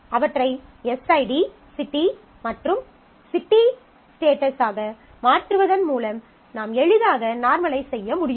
அவற்றை SID city மற்றும் city status ஆக மாற்றுவதன் மூலம் நாம் எளிதாக நார்மலைஸ் செய்ய முடியும்